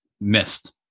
missed